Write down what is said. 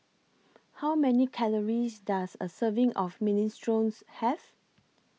How Many Calories Does A Serving of Minestrones Have